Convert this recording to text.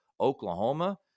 Oklahoma